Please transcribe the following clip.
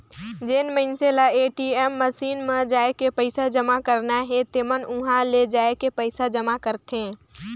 जेन मइनसे ल ए.टी.एम मसीन म जायके पइसा जमा करना हे तेमन उंहा ले जायके पइसा जमा करथे